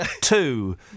two